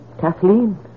Kathleen